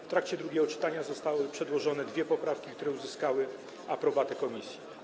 W trakcie drugiego czytania zostały przedłożone dwie poprawki, które uzyskały aprobatę komisji.